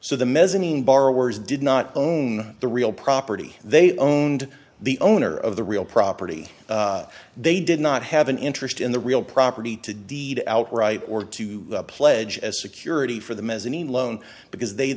so the mezzanine borrowers did not own the real property they own and the owner of the real property they did not have an interest in the real property to deed outright or to pledge as security for the mezzanine loan because they